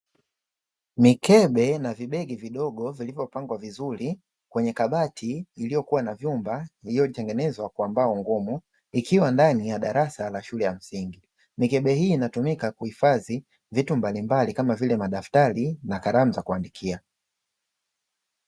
Mikebe na vibegi vidogo vilivopangwa vizuri kwenye kabati iliyokua na vyumba iliyotengenezwa kwa mbao ngumu, ikiwa ndani ya darasa la shule ya msingi. Mikebe hii inatumika kuhifadhi vitu mbalimbali kama vile madaftari na kalamu za kuandikia.